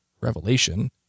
revelation